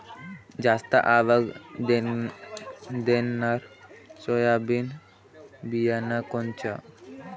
जास्त आवक देणनरं सोयाबीन बियानं कोनचं?